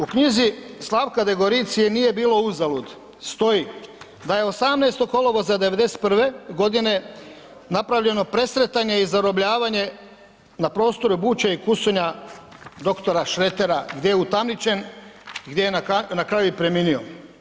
U knjizi Slavka Degoricije, Nije bilo uzalud, stoji da je 18. kolovoza '91. godine napravljeno presretanje i zarobljavanje na prostoru Buče i Kusonja, doktora Šretera, gdje je utamničen, gdje je na kraju i premunio.